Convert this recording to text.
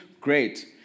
great